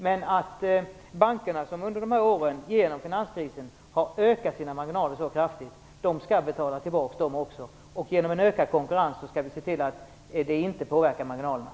Men bankerna, som genom finanskrisen de här åren har ökat sina marginaler så kraftigt, skall betala tillbaka de också, och genom en ökad konkurrens skall vi se till att det inte påverkar marginalerna.